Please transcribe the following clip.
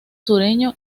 sureño